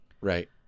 Right